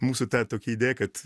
mūsų tokia idėja kad